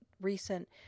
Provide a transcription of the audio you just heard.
recent